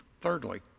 thirdly